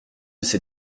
ces